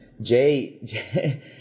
Jay